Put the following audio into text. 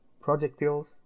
projectiles